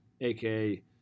aka